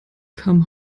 come